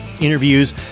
interviews